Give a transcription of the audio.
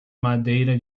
madeira